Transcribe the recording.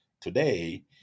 today